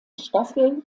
staffel